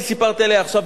שסיפרתי עליה עכשיו,